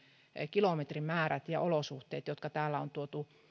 kilometrimäärät ja olosuhteet jotka täällä on tuotu